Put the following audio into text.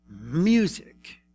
music